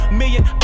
million